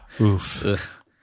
Oof